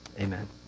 amen